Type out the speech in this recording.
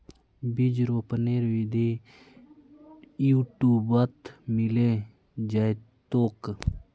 बीज रोपनेर विधि यूट्यूबत मिले जैतोक